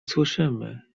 słyszymy